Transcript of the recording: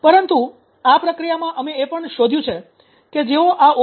પરંતુ આ પ્રક્રિયામાં અમે એ પણ શોધ્યું છે કે જેઓ આ ઓ